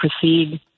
proceed